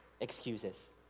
excuses